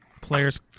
players